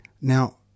now